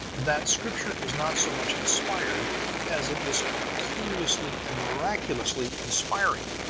that scripture is not so much inspired as it is curiously and miraculously inspiring.